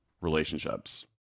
relationships